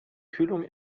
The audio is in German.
kühlung